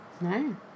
No